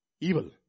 Evil